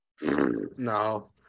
No